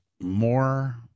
more